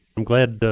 i'm glad